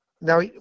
Now